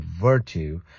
virtue